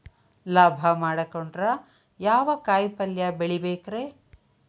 ಲಾಭ ಮಾಡಕೊಂಡ್ರ ಯಾವ ಕಾಯಿಪಲ್ಯ ಬೆಳಿಬೇಕ್ರೇ?